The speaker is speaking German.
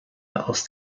aus